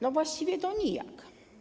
No właściwie to nijak.